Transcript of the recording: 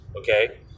okay